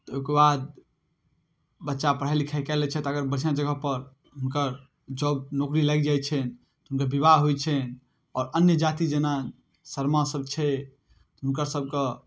ओहिके बाद बच्चा पढ़ाइ लिखाइ कए लै छथि अगर बढ़िआँ जगहपर हुनकर जॉब नौकरी लागि जाइ छनि हुनकर विवाह होइत छनि आओर अन्य जाति जेना शर्मासभ छै हुनकरसभके